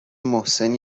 محسن